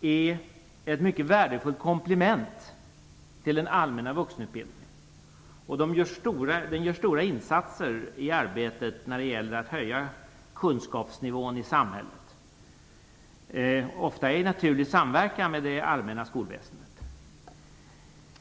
är ett mycket värdefullt komplement till den allmänna vuxenutbildningen. Den gör stora insatser i arbetet med att höja kunskapsnivån i samhället, ofta i naturlig samverkan med det allmänna skolväsendet.